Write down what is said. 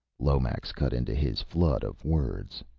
lomax cut into his flood of words.